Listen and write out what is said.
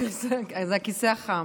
הכיסא החם.